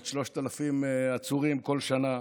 כ-3,000-2,500 עצורים בכל שנה